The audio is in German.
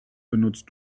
benutzt